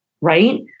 right